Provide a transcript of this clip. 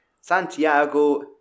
Santiago